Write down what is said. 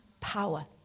power